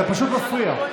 זה פשוט מפריע.